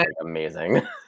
amazing